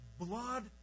blood